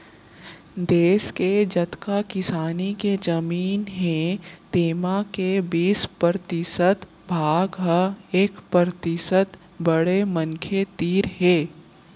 देस के जतका किसानी के जमीन हे तेमा के बीस परतिसत भाग ह एक परतिसत बड़े मनखे तीर हे